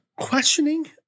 questioning